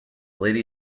lady